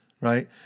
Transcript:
right